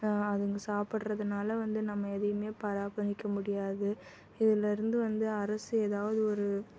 அதுங்க சாப்பிட்றதுனால வந்து நம்ம எதையுமே பராமரிக்க முடியாது இதிலேருந்து வந்து அரசு ஏதாவது ஒரு